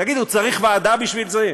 תגידו, צריך ועדה בשביל זה?